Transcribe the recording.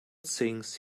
things